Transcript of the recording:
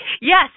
Yes